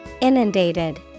Inundated